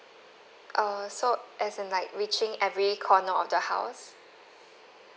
err so as in like reaching every corner of the house